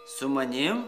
su manim